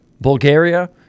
Bulgaria